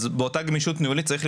אז באותה גמישות ניהולית אנחנו צריכים